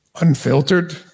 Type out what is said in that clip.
unfiltered